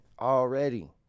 already